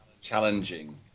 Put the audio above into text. challenging